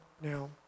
now